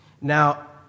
Now